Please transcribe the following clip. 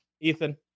Ethan